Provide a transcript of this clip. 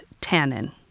tannin